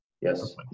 yes